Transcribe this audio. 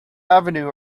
avenue